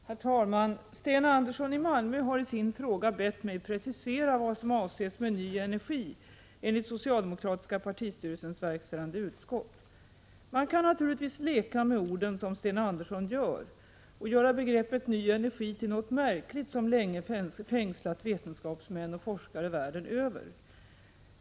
Herr talman! Sten Andersson i Malmö har i sin fråga bett mig precisera vad som avses med ny energi enligt socialdemokratiska partistyrelsens verkställande utskott. Man kan naturligtvis leka med orden, som Sten Andersson gör, och göra begreppet ny energi till något märkligt som länge fängslat vetenskapsmän och forskare världen över.